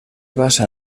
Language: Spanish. basa